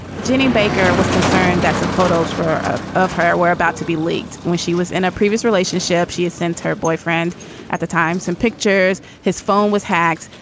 ginny baker was concerned that some photos were ah of her were about to be leaked when she was in a previous relationship. she had sent her boyfriend at the time, some pictures, his phone was hacked.